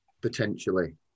potentially